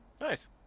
Nice